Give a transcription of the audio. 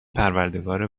پروردگار